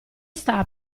sta